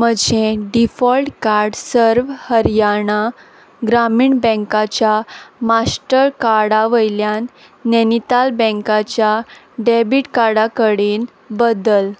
म्हजें default card सर्व हरयाणा ग्रामीण बँकाच्या मास्टरकार्डा वयल्यान नॅनिताल बँकाच्या डॅबीट कार्डा कडेन बदल